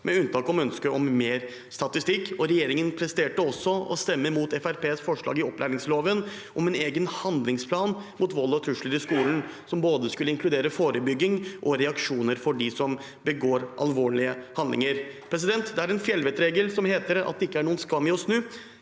med unntak av ønsket om mer statistikk. Regjeringen presterte også å stemme imot Fremskrittspartiets forslag i opplæringsloven om en egen handlingsplan mot vold og trusler i skolen, som både skulle inkludere forebygging og reaksjoner overfor dem som begår alvorlige handlinger. Det er en fjellvettregel som heter at det ikke er noen skam å snu.